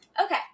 Okay